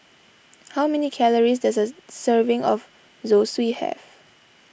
how many calories does a serving of Zosui have